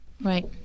Right